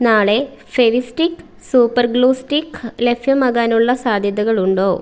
നാളെ Fevistick super glue stick ലഭ്യമാകാനുള്ള സാധ്യതകളുണ്ടോ